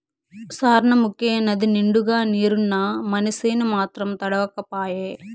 సార్నముకే నదినిండుగా నీరున్నా మనసేను మాత్రం తడవక పాయే